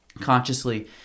consciously